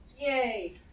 Yay